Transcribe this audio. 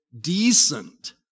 decent